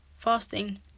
Fasting